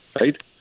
right